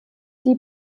die